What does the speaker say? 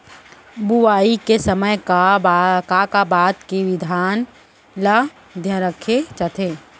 बुआई के समय का का बात के धियान ल रखे जाथे?